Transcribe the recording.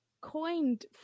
coined